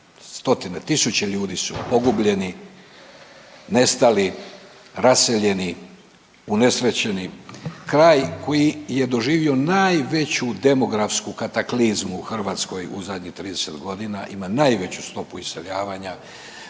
100-tine, 1000 ljudi su pogubljeni, nestali raseljeni, unesrećeni. Kraj koji je doživio najveću demografsku kataklizmu u Hrvatskoj u zadnjih 30 godina ima najveću stopu iseljavanja,